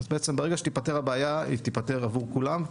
בעצם ברגע שתיפתר הבעיה היא תיפתר עבור כולם,